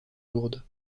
lourde